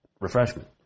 refreshment